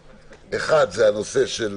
אחד, הנושא של